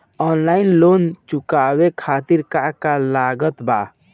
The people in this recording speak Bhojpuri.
ऑनलाइन लोन चुकावे खातिर का का लागत बा?